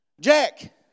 Jack